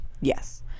yes